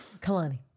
Kalani